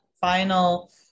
final